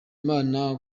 imana